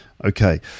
okay